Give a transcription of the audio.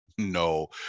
No